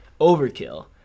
overkill